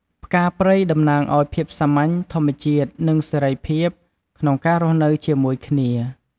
ផ្កាព្រៃ តំណាងអោយ ភាពសាមញ្ញ ធម្មជាតិ និងសេរីភាព ក្នុងការរស់នៅជាមួយគ្នា។